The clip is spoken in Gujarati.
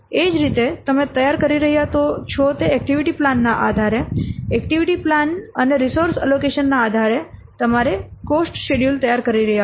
એ જ રીતે તમે તૈયાર કરી રહ્યા છો તે એક્ટિવિટી પ્લાન ના આધારે એક્ટિવિટી પ્લાન અને રિસોર્સ એલોકેશન ના આધારે તમે કોસ્ટ શેડ્યૂલ તૈયાર કરી રહ્યા છો